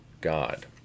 God